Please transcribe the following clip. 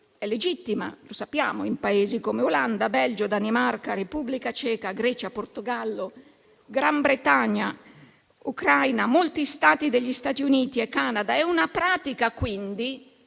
è legittima, come sappiamo, in Paesi come Olanda, Belgio, Danimarca, Repubblica Ceca, Grecia, Portogallo, Gran Bretagna, Ucraina, molti Stati degli Stati Uniti e Canada. È una pratica, quindi,